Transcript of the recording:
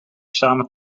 samen